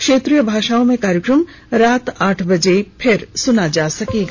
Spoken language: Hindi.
क्षेत्रीय भाषाओं में कार्यक्रम रात आठ बजे फिर सुना जा सकेगा